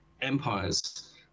empires